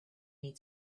need